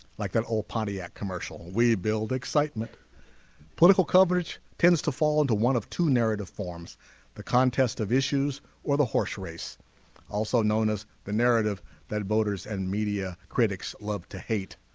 like that ol pontiac commercial we build excitement political coverage tends to fall into one of two narrative forms the contest of issues or the horse race also known as the narrative that voters and media critics love to hate